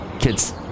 kids